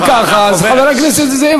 אם ככה אז חבר הכנסת נסים זאב,